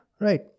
right